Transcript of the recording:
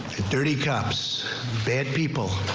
dirty cops bad people.